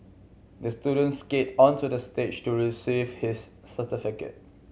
the student skated onto the stage to receive his certificate